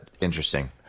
interesting